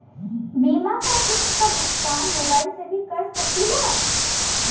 बीमा के किस्त क भुगतान मोबाइल से भी कर सकी ला?